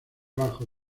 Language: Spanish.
bajo